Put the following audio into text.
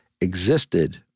existed